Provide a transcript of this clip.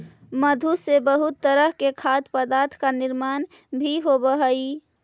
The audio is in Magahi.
मधु से बहुत तरह के खाद्य पदार्थ का निर्माण भी होवअ हई